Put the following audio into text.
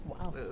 Wow